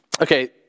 Okay